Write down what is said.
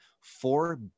four